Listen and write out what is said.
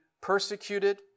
persecuted